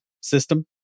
system